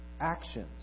Actions